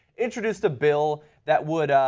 introduced a bill that would,